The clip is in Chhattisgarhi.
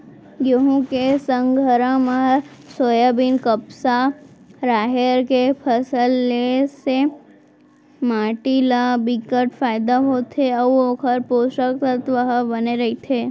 गहूँ के संघरा म सोयाबीन, कपसा, राहेर के फसल ले से माटी ल बिकट फायदा होथे अउ ओखर पोसक तत्व ह बने रहिथे